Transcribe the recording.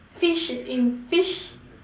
fish in fish